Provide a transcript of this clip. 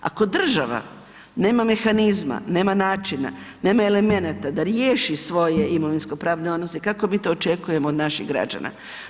Ako država nema mehanizma, nema načina, nema elemenata da riješi svoje imovinsko pravne odnose kako mi to očekujemo od naših građana?